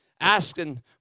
asking